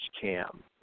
cam